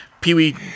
Pee-wee